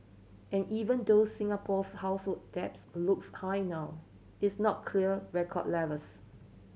and even though Singapore's household debts looks high now is not clear record levels